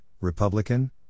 Republican